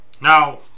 Now